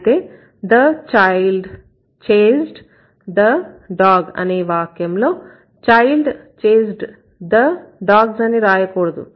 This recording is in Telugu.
అయితే the child chased the dog అనే వాక్యం లోchild chased the dogs అని రాయకూడదు